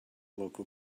local